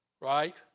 right